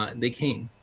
ah they came.